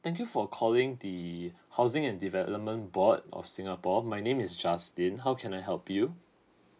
thank you for calling the housing and development board of singapore my name is justin how can I help you